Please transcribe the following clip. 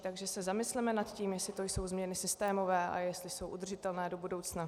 Takže se zamysleme nad tím, jestli to jsou změny systémové a jestli jsou udržitelné do budoucna.